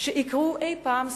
יקראו אי-פעם ספרים.